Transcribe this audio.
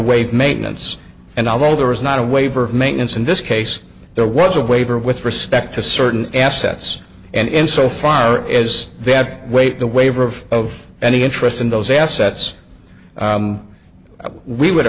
waive maintenance and although there was not a waiver of maintenance in this case there was a waiver with respect to certain assets and in so far as that weight the waiver of any interest in those assets we would